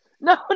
No